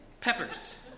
Peppers